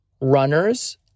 runners